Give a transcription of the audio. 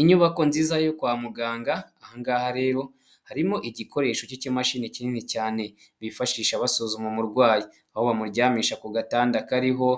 Inyubako nziza yo kwa muganga ahangaha rero harimo igikoresho cy'ikimashini kinini cyane bifashisha basuzuma umurwayi aho bamuryamisha ku gatanda kariho